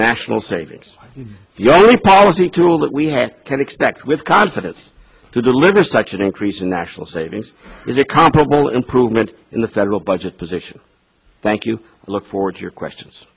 national savings the only policy tool that we have can expect with confidence to deliver such an increase in national savings is a comparable improvement in the federal budget position thank you look forward to your questions